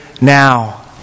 now